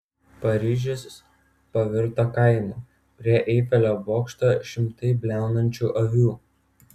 paryžius pavirto kaimu prie eifelio bokšto šimtai bliaunančių avių